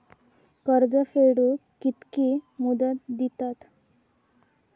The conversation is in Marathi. कर्ज फेडूक कित्की मुदत दितात?